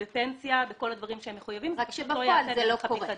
בפנסיה בכל הדברים שהם מחויבים --- רק שבפועל זה לא קורה.